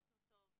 בוקר טוב.